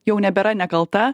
jau nebėra nekalta